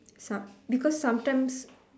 some because sometimes